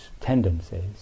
tendencies